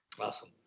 Awesome